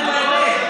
אתה מבלבל.